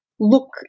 Look